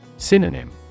Synonym